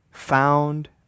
Found